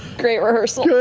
great rehearsal.